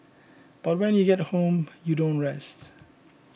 but when you get home you don't rest